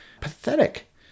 pathetic